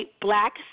Black